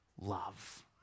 love